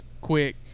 quick